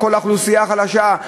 האוכלוסייה החלשה.